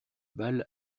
balles